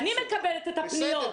אני מקבלת את הפניות,